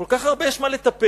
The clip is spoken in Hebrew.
כל כך הרבה יש מה לטפל.